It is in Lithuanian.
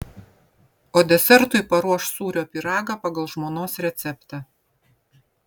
o desertui paruoš sūrio pyragą pagal žmonos receptą